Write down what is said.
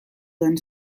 den